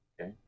Okay